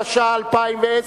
התש"ע 2010,